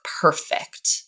perfect